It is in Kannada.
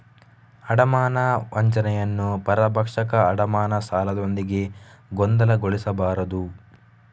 ಅಡಮಾನ ವಂಚನೆಯನ್ನು ಪರಭಕ್ಷಕ ಅಡಮಾನ ಸಾಲದೊಂದಿಗೆ ಗೊಂದಲಗೊಳಿಸಬಾರದು